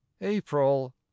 april